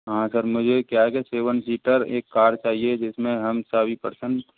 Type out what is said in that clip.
हाँ सर मुझे क्या है कि सेवन सीटर एक कार चाहिए जिसमें हम सभी परसन